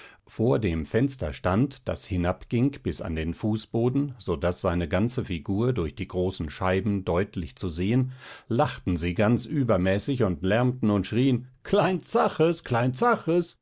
vor dem fenster stand das hinabging bis an den fußboden so daß seine ganze figur durch die großen scheiben deutlich zu sehen lachten sie ganz übermäßig und lärmten und schrien klein zaches